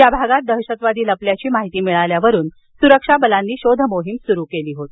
या भागात दहशतवादी लपल्याची माहिती मिळाल्यावरून सुरक्षा बलांनी इथं शोधमोहीम सुरु केली होती